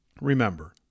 Remember